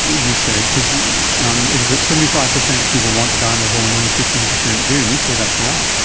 you say, um is that seventy five percent of people want to die in their home and only fifteen percent do, and you say that's wrong.